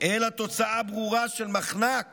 אלא תוצאה ברורה של מחנק